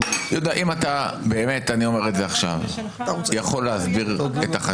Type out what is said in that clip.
יהודה באמת אני אומר את זה עכשיו אם אתה יכול להסביר את החשש.